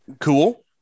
Cool